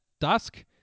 dusk